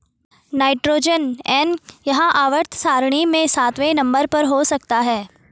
nitrogen N यह आवर्त सारणी में सातवें नंबर पर हो सकता है